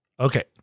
Okay